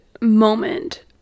moment